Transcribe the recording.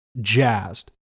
jazzed